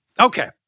okay